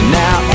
now